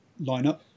lineup